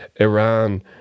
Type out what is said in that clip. Iran